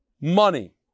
money